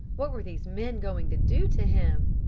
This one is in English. what were these men going to do to him?